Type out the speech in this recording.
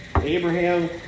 Abraham